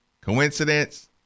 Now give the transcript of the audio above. coincidence